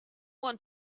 want